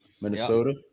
Minnesota